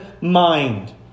mind